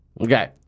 okay